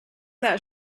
that